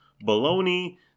bologna